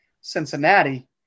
Cincinnati